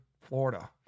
Florida